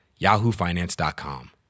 YahooFinance.com